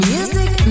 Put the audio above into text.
Music